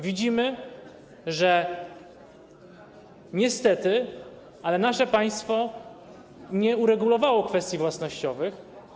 Widzimy, że niestety nasze państwo nie uregulowało kwestii własnościowych.